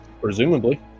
presumably